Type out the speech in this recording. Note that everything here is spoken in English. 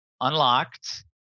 unlocked